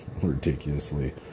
ridiculously